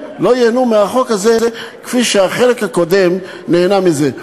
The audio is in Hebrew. ייהנו מהחוק הזה כפי שהחלק הקודם נהנה מזה.